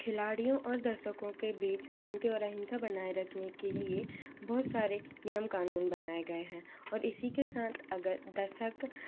खिलाड़ियों और दर्शकों के बीच शांति और अहिंसा बनाए रखने के लिए बहुत सारे नियम कानून बनाए गए हैं और इसी के साथ अगर दर्शक